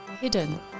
hidden